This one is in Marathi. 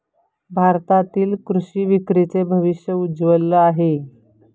भारतातील कृषी विक्रीचे भविष्य उज्ज्वल आहे